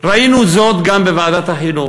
ראינו זאת גם בוועדת החינוך.